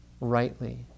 rightly